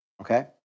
Okay